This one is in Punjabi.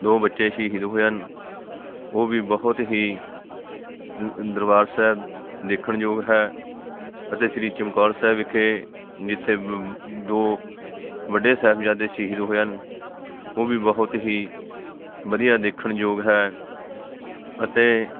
ਦੋ ਬੱਚੇ ਸ਼ਹੀਦ ਹੋਏ ਹਨ ਉਹ ਵੀ ਬਹੁਤ ਹੀ ਦਰਬਾਰ ਸਾਹਿਬ ਦੇਖਣਯੋਗ ਹੈ ਅਤੇ ਸ਼੍ਰੀ ਚਮਕੌਰ ਸਾਹਿਬ ਵਿਖੇ ਜਿੱਥੇ ਦੋ ਵੱਡੇ ਸਾਹਿਬਜ਼ਾਦੇ ਸ਼ਹੀਦ ਹੋਏ ਹਨ ਉਹ ਵੀ ਬਹੁਤ ਹੀ ਵਧੀਆ ਦੇਖਣਯੋਗ ਹੈ ਅਤੇ